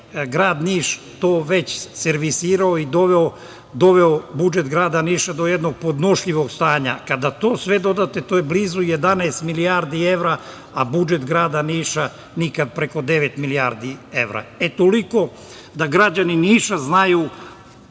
grad Niš to već servisirao i doveo budžet grada Niša do jednog podnošljivog stanja. Kada sve to dodate, to je blizu 11 milijardi evra, a budžet grada Niša nikada preko devet milijardi evra.E, toliko da građani Niša znaju,